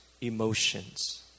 emotions